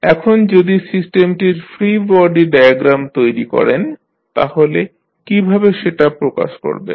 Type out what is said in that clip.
এখন যদি সিস্টেমটির ফ্রী বডি ডায়াগ্রাম তৈরি করেন তাহলে কীভাবে সেটা প্রকাশ করবেন